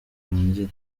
urangire